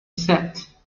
set